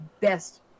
best